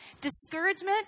Discouragement